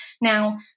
Now